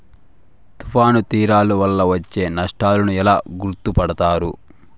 తుఫాను తీరాలు వలన వచ్చే నష్టాలను ఎలా గుర్తుపడతారు?